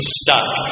stuck